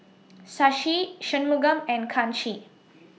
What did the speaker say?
Shashi Shunmugam and Kanshi